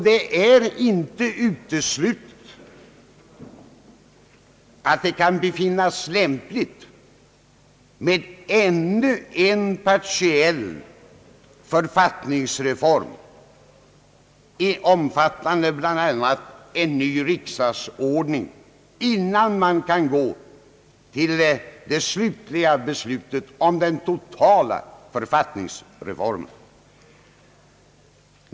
Det är inte uteslutet att det kan befinnas lämpligt med ännu en partiell förvaltningsreform, omfattande bl.a. en ny riksdagsordning, innan man kan fatta det slutgiltiga beslutet om den totala författningsreformen.